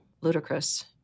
ludicrous